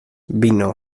vino